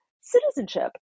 citizenship